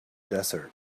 desert